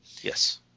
Yes